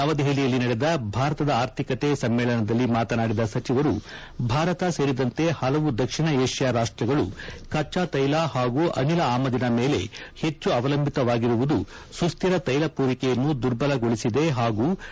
ನವಹೆದಲಿಯಲ್ಲಿ ನಡೆದ ಭಾರತದ ಆರ್ಥಿಕತೆ ಸಮ್ಮೇಳನದಲ್ಲಿ ಮಾತನಾಡಿದ ಸಚಿವರು ಭಾರತ ಸೇರಿದಂತೆ ಹಲವು ದಕ್ಷಿಣ ಏಷ್ಯಾ ರಾಷ್ಟ್ರಗಳು ಕಚ್ಚಾ ತೈಲ ಹಾಗೂ ಅನಿಲ ಆಮದಿನ ಮೇಲೆ ಹೆಚ್ಚು ಅವಲಂಬಿತವಾಗಿರುವುದು ಸುಸ್ತಿರ ತ್ವೆಲ ಪೂರೈಕೆಯನ್ನು ದುರ್ಬಲಗೊಳಿಸಿದೆ ಹಾಗು ಬೆಲೆ ಅನಿಶ್ಚಿತತೆಗೆ ಕಾರಣವಾಗಿದೆ ಎಂದರು